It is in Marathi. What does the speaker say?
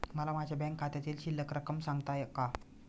मला माझ्या बँक खात्यातील शिल्लक रक्कम सांगता का?